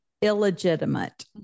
illegitimate